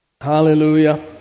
Hallelujah